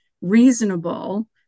reasonable